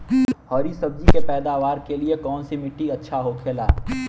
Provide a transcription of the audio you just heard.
हरी सब्जी के पैदावार के लिए कौन सी मिट्टी अच्छा होखेला?